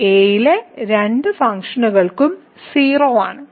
a ലെ രണ്ട് ഫംഗ്ഷനുകൾക്കും 0 ആണ്